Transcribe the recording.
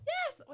Yes